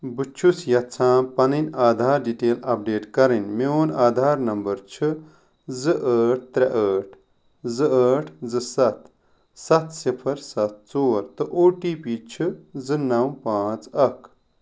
بہٕ چھُس یژھان پنٕنۍ آدھار ڈٹیل اپڈیٹ کرٕنۍ میٛون آدھار نمبر چھُ زٕ ٲٹھ ترٛےٚ ٲٹھ زٕ ٲٹھ زٕ ستھ ستھ صفر ستھ ژور تہٕ او ٹی پی چھُ زٕ نَو پانٛژھ اکھ